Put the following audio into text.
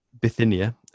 bithynia